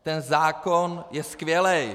Ten zákon je skvělej!